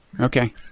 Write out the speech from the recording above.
Okay